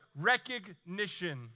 recognition